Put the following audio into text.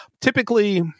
typically